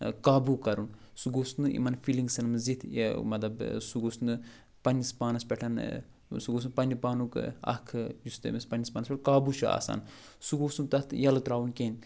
قابوٗ کَرُن سُہ گوٚژھ نہٕ یِمَن فیٖلِنٛگسَن منٛز یِتھ یہِ مطلب سُہ گوٚژھ نہٕ پَنٛنِس پانَس پٮ۪ٹھ سُہ گوٚژھ نہٕ پَنٛنہِ پانُک اَکھ یُس تٔمِس پَنٛنِس پانَس پٮ۪ٹھ قابوٗ چھُ آسان سُہ گوٚژھ نہٕ تَتھ یَلہٕ ترٛاوُن کِہیٖنۍ